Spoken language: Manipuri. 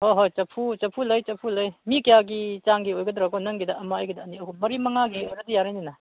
ꯍꯣꯏ ꯍꯣꯏ ꯆꯐꯨ ꯂꯩ ꯆꯐꯨ ꯂꯩ ꯃꯤ ꯀꯌꯥꯒꯤ ꯆꯥꯡꯒꯤ ꯑꯣꯏꯒꯗ꯭ꯔꯣ ꯀꯣ ꯅꯪꯒꯤꯗ ꯑꯃ ꯑꯩꯒꯤꯗ ꯑꯅꯤ ꯑꯍꯨꯝ ꯃꯔꯤ ꯃꯉꯥꯒꯤ ꯑꯣꯏꯔꯗꯤ ꯌꯥꯔꯅꯤꯅ